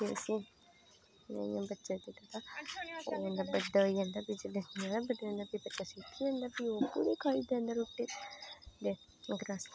बच्चा बड्डा होई जंदा फ्ही आपूं बी खाई लैंदा रुट्टी